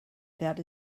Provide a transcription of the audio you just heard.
that